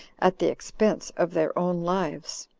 at the expense of their own lives.